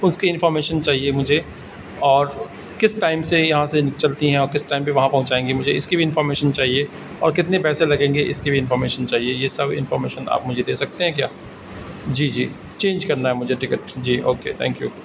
اس کی انفارمیشن چاہیے مجھے اور کس ٹائم سے یہاں سے چلتی ہیں اور کس ٹائم پہ وہاں پہنچائیں گی مجھے اس کی بھی انفارمیشن چاہیے اور کتنے پیسے لگیں گے اس کی بھی انفارمیشن چاہیے یہ سب انفارمیشن آپ مجھے دے سکتے ہیں کیا جی جی چینج کرنا ہے مجھے ٹکٹ جی اوکے تھینک یو